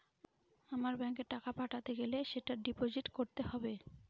আমার ব্যাঙ্কে টাকা পাঠাতে গেলে সেটা ডিপোজিট করতে হবে